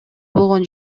болгон